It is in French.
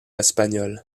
espagnol